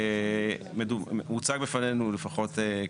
הוצג בפנינו, לפחות,